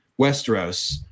Westeros